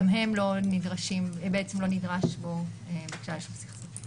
בעצם לא נדרשת בו בקשה ליישוב סכסוך.